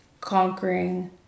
conquering